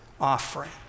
offering